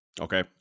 Okay